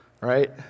right